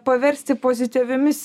paversti pozityviomis